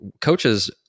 coaches